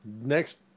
next